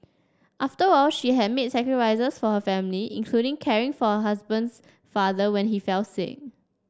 after all she had made sacrifices for her family including caring for husband's father when he fell sick